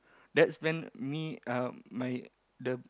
that's when me my the